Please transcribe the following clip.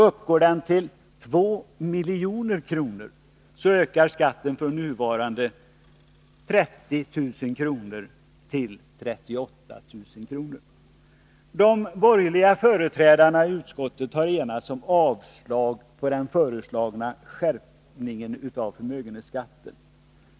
Uppgår förmögenheten till 2 milj.kr. ökar skatten från 30 000 till 38 000 kr. De borgerliga partiernas företrädare i utskottet har enats om att avstyrka den föreslagna skärpningen av förmögenhetsskatten.